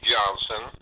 Johnson